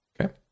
Okay